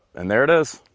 and there it is.